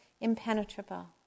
impenetrable